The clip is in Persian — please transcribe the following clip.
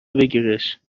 بگیرش